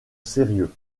sérieux